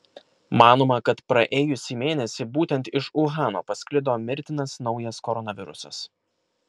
manoma kad praėjusį mėnesį būtent iš uhano pasklido mirtinas naujas koronavirusas